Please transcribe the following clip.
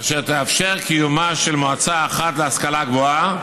אשר תאפשר קיומה של מועצה אחת להשכלה גבוהה,